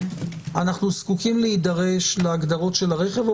אנחנו זקוקים להידרש להגדרות של הרכב או